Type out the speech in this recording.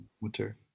winter